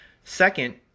Second